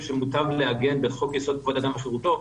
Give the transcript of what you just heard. שמוטב לעגן בחוק-יסוד: כבוד האדם וחירותו,